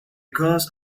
cause